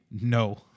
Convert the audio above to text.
No